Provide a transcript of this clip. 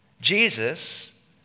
Jesus